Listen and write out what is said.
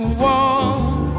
walk